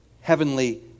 heavenly